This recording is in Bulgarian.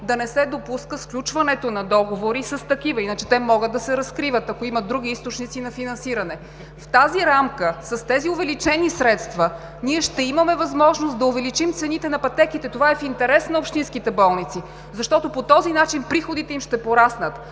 да не се допуска сключването на договори с такива. Иначе те могат да се разкриват, ако имат други източници на финансиране. В тази рамка, с тези увеличени средства ние ще имаме възможност да увеличим цените на пътеките, което е в интерес на общинските болници, защото по този начин приходите им ще пораснат.